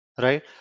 right